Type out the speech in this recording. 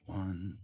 one